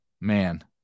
Man